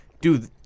Dude